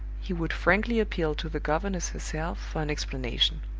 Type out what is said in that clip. he would frankly appeal to the governess herself for an explanation.